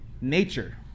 nature